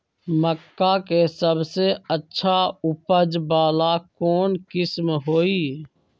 मक्का के सबसे अच्छा उपज वाला कौन किस्म होई?